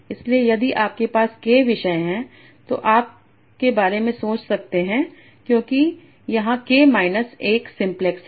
इसलिए यदि आपके पास k विषय हैं तो आप इस के बारे में सोच सकते हैं क्योंकि यहां k माइनस 1 सिंपलेक्स है